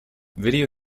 video